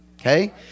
Okay